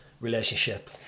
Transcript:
relationship